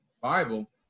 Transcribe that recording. Bible